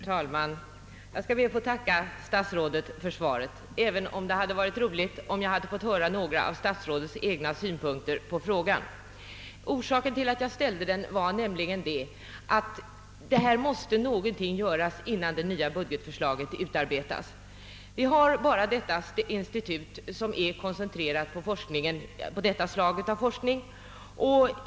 Herr talman! Jag ber att få tacka statsrådet för svaret, även om det hade varit roligt om jag hade fått höra några av statsrådets egna synpunkter på frågan. Orsaken till att jag ställde denna fråga var nämligen att någonting måste göras innan det nya budgetförslaget utarbetas. I vårt land finns bara denna institution med en verksamhet som är koncentrerad på detta slag av forskning.